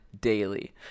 daily